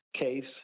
case